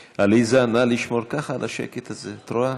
עליזה, נא לשמור, ככה, על השקט הזה, את רואה?